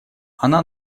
она